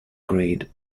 grid